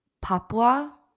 Papua